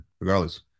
regardless